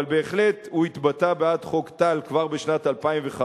אבל בהחלט הוא התבטא בעד חוק טל כבר בשנת 2005,